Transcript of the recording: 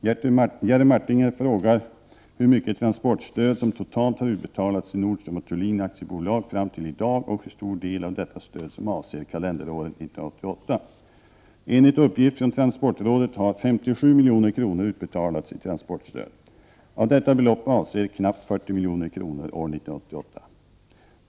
Jerry Martinger frågar hur mycket transportstöd som totalt har utbetalats till Nordström & Thulin AB fram till i dag och hur stor del av detta stöd som avser kalenderåret 1988. Enligt uppgift från transportrådet har 57 milj.kr. utbetalats i transportstöd. Av detta belopp avser knappt 40 milj.kr. år 1988.